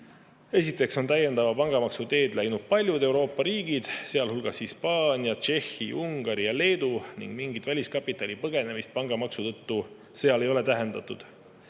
Esiteks on täiendava pangamaksu teed läinud paljud Euroopa riigid, sealhulgas Hispaania, Tšehhi, Ungari ja Leedu, ning mingit väliskapitali põgenemist pangamaksu tõttu seal ei ole täheldatud.